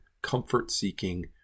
comfort-seeking